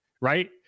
right